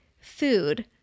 food